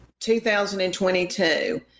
2022